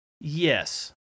Yes